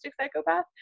psychopath